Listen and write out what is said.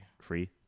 Free